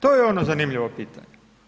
To je ono zanimljivo pitanje.